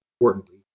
importantly